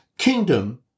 kingdom